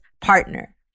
partner